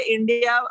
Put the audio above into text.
India